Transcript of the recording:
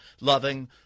loving